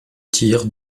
tirs